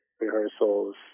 rehearsals